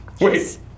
Wait